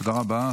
תודה רבה.